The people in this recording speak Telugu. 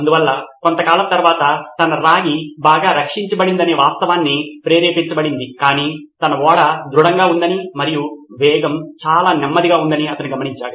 అందువల్ల కొంతకాలం తర్వాత తన రాగి బాగా రక్షించబడిందనే వాస్తవాన్ని ప్రేరేపించబడింది కాని తన ఓడ ధృఢంగా ఉందని మరియు వేగం చాలా నెమ్మదిగా ఉందని అతను గమనించాడు